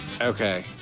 Okay